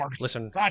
Listen